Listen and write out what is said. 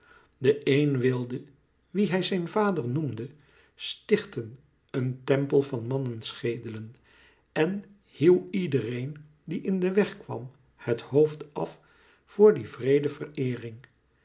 de een wilde wien hij zijn vader noemde stichten een tempel van manneschedelen en hieuw iedereen die in den weg kwam het hoofd af voor die wreede vereering